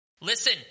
Listen